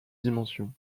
dimension